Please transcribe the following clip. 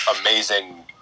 amazing